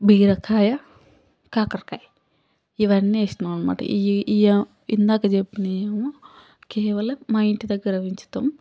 బీరకాయ కాకరకాయ ఇవన్నీ వే సినాం అనమాట ఈ ఇయ్యి ఇందాక చెప్పినియి ఏమో కేవలం మా ఇంటి దగ్గర పెంచుతాం